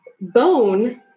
bone